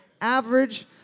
average